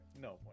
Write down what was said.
no